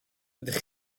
ydych